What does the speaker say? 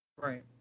Right